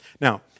Now